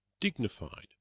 dignified